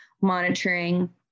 monitoring